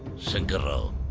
shankar rao.